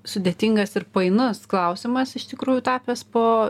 sudėtingas ir painus klausimas iš tikrųjų tapęs po